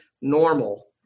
normal